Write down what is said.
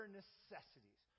necessities